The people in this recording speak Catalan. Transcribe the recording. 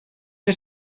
que